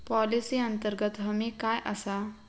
Policy अंतर्गत हमी काय आसा?